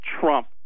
Trump